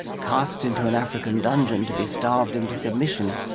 cast into an african dungeon to be starved into submission,